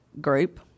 group